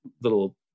little